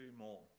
more